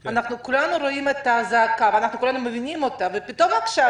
כולנו רואים ומבינים את הזעקה של האומנים ופתאום עכשיו,